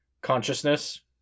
consciousness